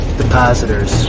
depositors